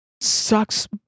sucks